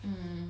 mm